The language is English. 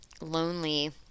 lonely